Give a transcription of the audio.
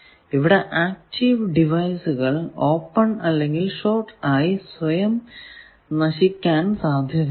ഇവിടെ ആക്റ്റീവ് ഡിവൈസുകൾ ഓപ്പൺ അല്ലെങ്കിൽ ഷോർട് ആയി സ്വയം നശിക്കാൻ സാധ്യത ഉണ്ട്